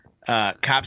Cops